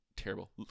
terrible